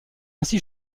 ainsi